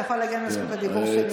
אתה יכול להגן על זכות הדיבור שלי?